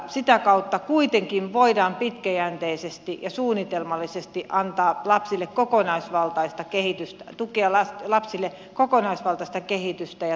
sitä kautta kuitenkin voidaan pitkäjänteisesti ja suunnitelmallisesti antaa lapsille kokonaisvaltaista tukea kehitykseen